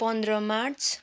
पन्ध्र मार्च